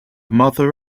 mother